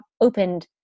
opened